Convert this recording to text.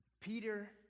Peter